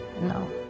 No